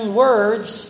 words